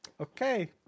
okay